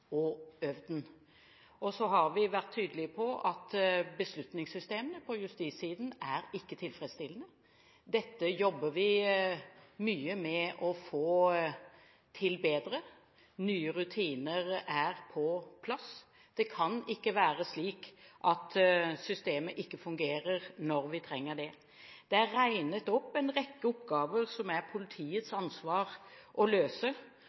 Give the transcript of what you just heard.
og øvd på den. Vi har vært tydelige på at beslutningssystemene på justissiden ikke er tilfredsstillende. Dette jobber vi mye med å få til bedre. Nye rutiner er på plass. Det kan ikke være slik at systemet ikke fungerer når vi trenger det. Det er regnet opp en rekke oppgaver som er politiets ansvar å løse,